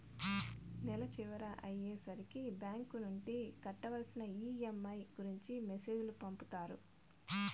నెల చివర అయ్యే సరికి బ్యాంక్ నుండి కట్టవలసిన ఈ.ఎం.ఐ గురించి మెసేజ్ లు పంపుతారు